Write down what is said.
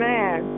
Man